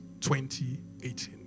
2018